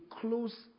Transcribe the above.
close